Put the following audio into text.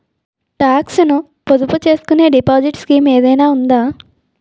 Talks ను పొదుపు చేసుకునే డిపాజిట్ స్కీం ఏదైనా ఉందా?